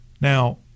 now